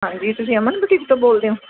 ਹਾਂਜੀ ਤੁਸੀਂ ਅਮਨ ਬੁਟੀਕ ਤੋਂ ਬੋਲਦੇ ਹੋ